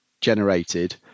generated